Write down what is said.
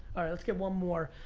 alright, let's get one more.